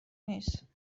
نیست